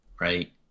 right